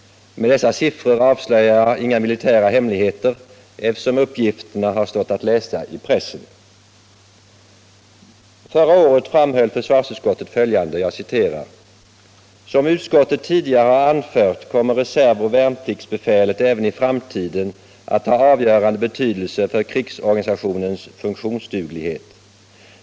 Med dessa siffror avslöjar jag inga militära hemligheter, eftersom uppgifterna har stått att läsa i pressen. 115 Förra året framhöll försvarsutskottet följande: ”Som utskottet tidigare har anfört kommer reservoch värnpliktsbefälet även i framtiden att ha avgörande betydelse för krigsorganisationens funktionsduglighet.